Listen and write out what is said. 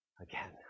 again